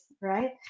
right